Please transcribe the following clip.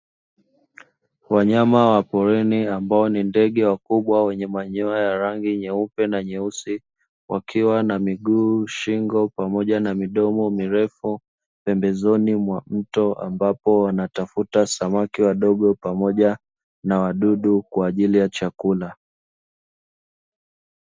Wanyama wa porini ambao ni ndege wakubwa wenye manyoya rangi nyeupe na nyeusi, wakiwa na miguu, shingo, pamoja na midomo mirefu pembezoni mwa mto ambapo wanatafuta samaki wadogo pamoja na wadudu kwa ajili ya chakula.